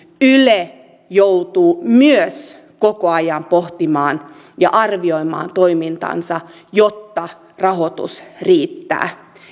yle joutuu koko ajan pohtimaan ja arvioimaan toimintaansa jotta rahoitus riittää